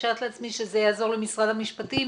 משערת לעצמי שזה יעזור למשרד המשפטים